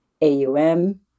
AUM